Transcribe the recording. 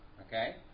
Okay